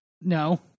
No